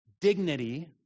dignity